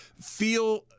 feel